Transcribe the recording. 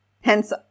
Hence